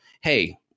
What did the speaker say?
hey